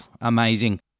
amazing